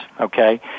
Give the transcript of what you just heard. okay